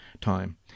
time